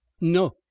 no